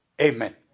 Amen